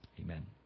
amen